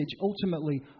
ultimately